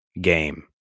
game